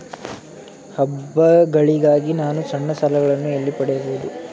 ಹಬ್ಬಗಳಿಗಾಗಿ ನಾನು ಸಣ್ಣ ಸಾಲಗಳನ್ನು ಎಲ್ಲಿ ಪಡೆಯಬಹುದು?